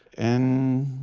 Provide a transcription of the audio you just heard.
and,